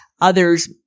others